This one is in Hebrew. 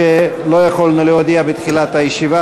שלא יכולנו להודיע בתחילת הישיבה.